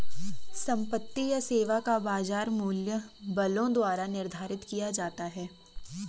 संपत्ति या सेवा का बाजार मूल्य बलों द्वारा निर्धारित किया जाता है